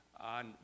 on